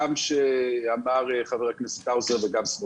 גם מה שאמר חבר הכנסת האוזר וגם מה שאמר חבר הכנסת סמוטריץ'.